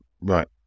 Right